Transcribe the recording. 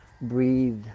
breathe